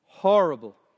Horrible